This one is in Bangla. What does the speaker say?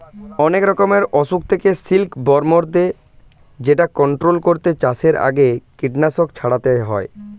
অনেক রকমের অসুখ থেকে সিল্ক বর্মদের যেটা কন্ট্রোল করতে চাষের আগে কীটনাশক ছড়াতে হয়